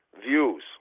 views